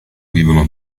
vivono